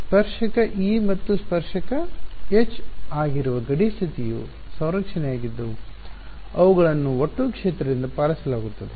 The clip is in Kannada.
ಸ್ಪರ್ಶಕ E ಮತ್ತು ಸ್ಪರ್ಶಕ H ಆಗಿರುವ ಗಡಿ ಸ್ಥಿತಿಯು ಸಂರಕ್ಷಣೆಯಾಗಿದ್ದು ಅವುಗಳನ್ನು ಒಟ್ಟು ಕ್ಷೇತ್ರದಿಂದ ಪಾಲಿಸಲಾಗುತ್ತದೆ